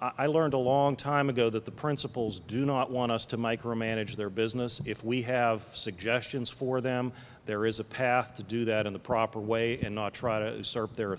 i learned a long time ago that the principals do not want us to micromanage their business and if we have suggestions for them there is a path to do that in the proper way and not try to serve their